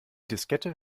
diskette